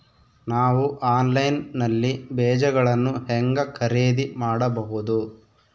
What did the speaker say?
ನಾವು ಆನ್ಲೈನ್ ನಲ್ಲಿ ಬೇಜಗಳನ್ನು ಹೆಂಗ ಖರೇದಿ ಮಾಡಬಹುದು?